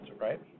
right